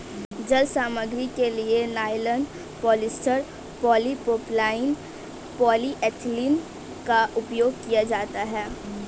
जाल सामग्री के लिए नायलॉन, पॉलिएस्टर, पॉलीप्रोपाइलीन, पॉलीएथिलीन का उपयोग किया जाता है